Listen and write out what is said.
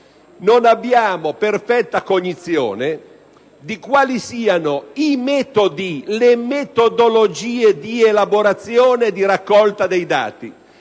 Non abbiamo perfetta cognizione di quali siano le metodologie di elaborazione e di raccolta dei dati,